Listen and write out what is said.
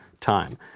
time